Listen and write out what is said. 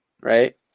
Right